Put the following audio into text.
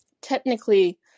technically